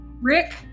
rick